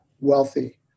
wealthy